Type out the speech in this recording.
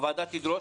הוועדה תדרוש,